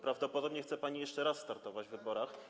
Prawdopodobnie chce pani jeszcze raz startować w wyborach.